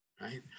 right